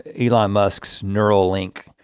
elon musk's neural link,